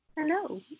Hello